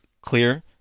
clear